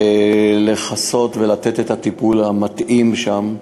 לכסות ולתת את הטיפול המתאים שם,